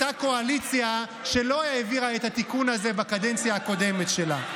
אותה קואליציה שלא העבירה את התיקון הזה בקדנציה הקודמת שלה.